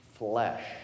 flesh